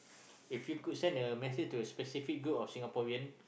if you could send a message to a specific group of Singaporean